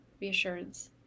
reassurance